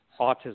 autism